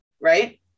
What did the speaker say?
right